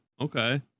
okay